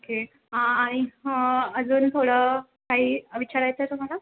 okay आणि अजून थोडं काही विचारायचं आहे तुम्हाला